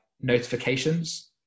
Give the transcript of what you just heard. notifications